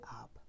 up